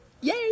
Yay